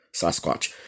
Sasquatch